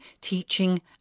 teaching